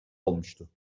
olmuştu